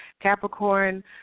Capricorn